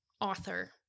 author